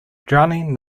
drowning